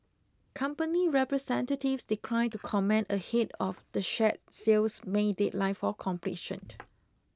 company representatives declined to comment ahead of the share sale's May deadline for completion